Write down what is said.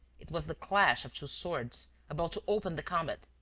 it was the clash of two swords about to open the combat.